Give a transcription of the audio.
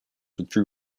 withdrew